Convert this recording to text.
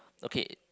okay